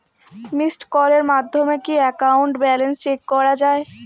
Missed কলের মাধ্যমে কি একাউন্ট ব্যালেন্স চেক করা যায়?